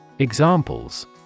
Examples